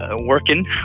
working